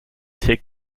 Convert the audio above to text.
take